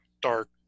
dark